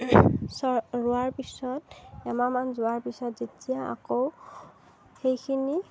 ৰোৱাৰ পিছত এমাহ মান যোৱাৰ পিছত যেতিয়া আকৌ সেইখিনি